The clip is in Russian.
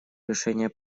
решения